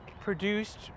produced